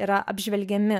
yra apžvelgiami